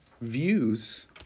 views